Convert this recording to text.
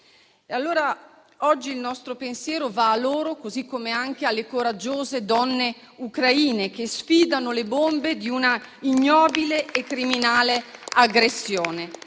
Oggi dunque il nostro pensiero va a loro, così come anche alle coraggiose donne ucraine che sfidano le bombe di una ignobile e criminale aggressione.